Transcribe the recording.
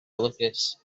golygus